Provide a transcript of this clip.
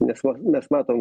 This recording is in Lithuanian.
nes mes matom